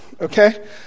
okay